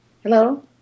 Hello